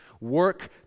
Work